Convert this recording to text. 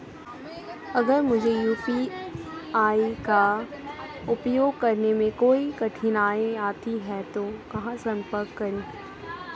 अगर मुझे यू.पी.आई का उपयोग करने में कोई कठिनाई आती है तो कहां संपर्क करें?